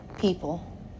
people